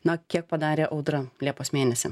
na kiek padarė audra liepos mėnesį